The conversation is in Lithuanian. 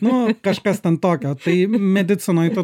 nu kažkas ten tokio tai medicinoje tu